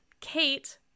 Kate